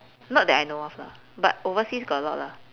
not that I know of lah but overseas got a lot lah